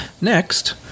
Next